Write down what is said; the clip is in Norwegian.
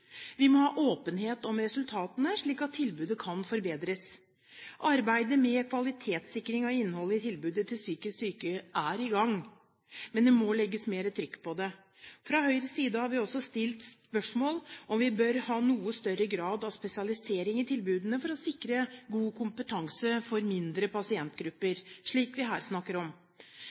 Vi må ha åpenhet om resultatene, slik at tilbudet kan forbedres. Arbeidet med kvalitetssikring av innholdet i tilbudet til psykisk syke er i gang, men det må legges mer trykk på det. Fra Høyres side har vi også stilt spørsmål ved om vi bør ha en noe større grad av spesialisering i tilbudene for å sikre god kompetanse for mindre pasientgrupper, slik vi her snakker om.